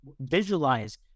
visualize